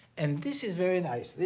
and this is very nice.